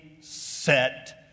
set